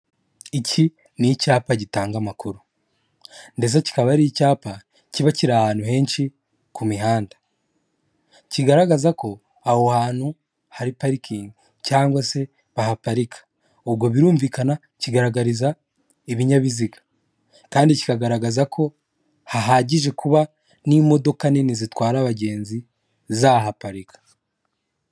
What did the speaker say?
Iki ni icyapa gitanga amakuru ndetse kikaba ari icyapa kiba kiri ahantu henshi ku mihanda kigaragaza ko aho hantu hari parikingi cyangwa se bahaparika, ubwo birumvikana kigaragariza ibinyabiziga kandi kigaragaza ko hahagije kuba n'imodoka nini zitwara abagenzi zahaparika.